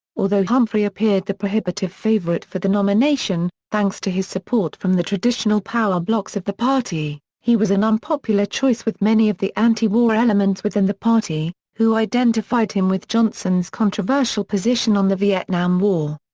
although humphrey appeared the prohibitive favorite for the nomination, thanks to his support from the traditional power blocs of the party, he was an unpopular choice with many of the anti-war elements within the party, who identified him with johnson's controversial position on the vietnam war.